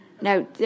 Now